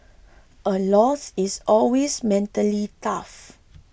a loss is always mentally tough